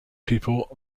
people